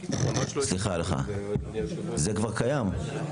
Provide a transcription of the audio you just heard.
זה כבר קיים.